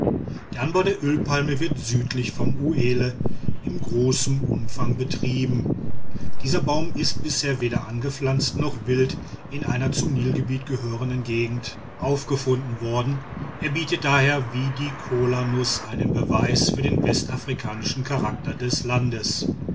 der anbau der ölpalme wird südlich vom uelle in großem umfang betrieben dieser baum ist bisher weder angepflanzt noch wild in einer zum nilgebiet gehörigen gegend aufgefunden worden er bietet daher wie die kolanuß einen beweis für den westafrikanischen charakter des landes